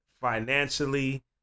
financially